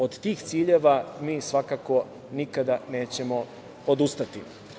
Od tih ciljeva mi svakako nikada nećemo odustati.